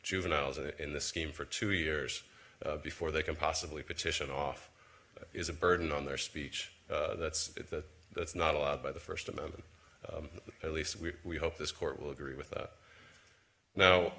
juveniles in the scheme for two years before they can possibly petition off is a burden on their speech that's that that's not allowed by the first amendment at least we hope this court will agree with that now